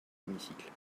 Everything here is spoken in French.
hémicycle